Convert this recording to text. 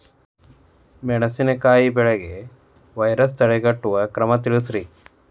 ಮೆಣಸಿನಕಾಯಿ ಬೆಳೆಗೆ ವೈರಸ್ ತಡೆಗಟ್ಟುವ ಕ್ರಮ ತಿಳಸ್ರಿ